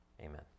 Amen